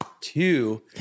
Two